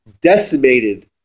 decimated